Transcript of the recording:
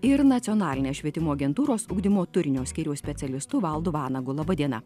ir nacionalinės švietimo agentūros ugdymo turinio skyriaus specialistu valdu vanagu laba diena